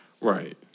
Right